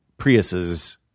Priuses